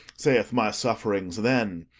saith my sufferings, then?